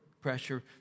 pressure